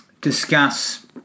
discuss